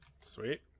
Sweet